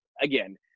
again